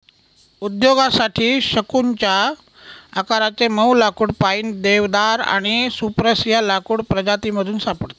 उद्योगासाठी शंकुच्या आकाराचे मऊ लाकुड पाईन, देवदार आणि स्प्रूस या लाकूड प्रजातीमधून सापडते